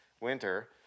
winter